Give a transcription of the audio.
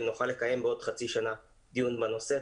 אם נוכל לקיים בעוד חצי שנה דיון מעקב בנושא.